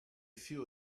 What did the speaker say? few